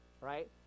right